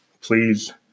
please